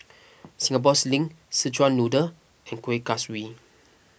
Singapore Sling Szechuan Noodle and Kueh Kaswi